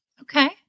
Okay